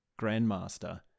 grandmaster